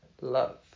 love